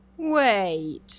Wait